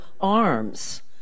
arms